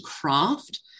craft